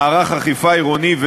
מערכי האכיפה העירוניים,